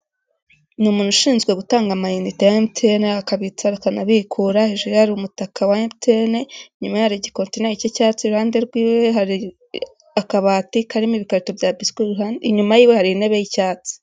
Ni umuntu ushinzwe gutanga amayinite ya MTN, akabitsa akanabikura, hejuru ye hari umutaka wa MTN, inyuma ye hari igikontineri cy'icyatsi, iruhande rw'iwe hari akabati karimo ibikarito bya biswi, inyuma y'iwe hari intebe y'icyatsi.